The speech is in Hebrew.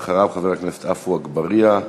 אחריו, חבר הכנסת עפו אגבאריה.